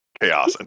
chaos